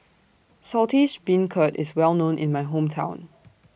Saltish Beancurd IS Well known in My Hometown